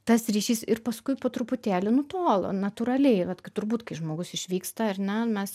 tas ryšys ir paskui po truputėlį nutolo natūraliai vat turbūt kai žmogus išvyksta ar ne mes